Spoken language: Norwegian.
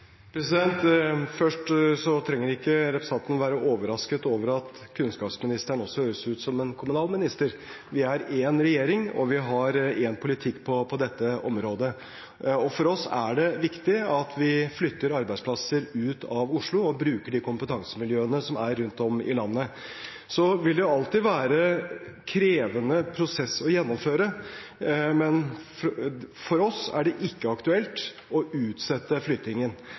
Først: Representanten trenger ikke være overrasket over at kunnskapsministeren også høres ut som en kommunalminister. Vi er én regjering, og vi har én politikk på dette området. For oss er det viktig at vi flytter arbeidsplasser ut av Oslo og bruker de kompetansemiljøene som er rundt om i landet. Det vil alltid være en krevende prosess å gjennomføre, men for oss er det ikke aktuelt å utsette flyttingen.